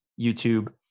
YouTube